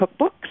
cookbooks